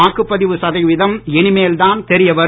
வாக்குபதிவு சதவிகிதம் இனிமேல் தான் தெரிய வரும்